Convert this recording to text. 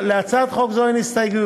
להצעת חוק זו אין הסתייגויות.